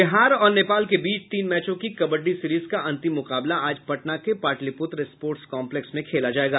बिहार और नेपाल के बीच तीन मैचों की कबड्डी सीरीज का अंतिम मुकाबला आज पटना के पाटलीपुत्र स्पोटर्स कॉम्पलेक्स में खेला जायेगा